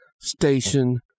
Station